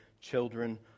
children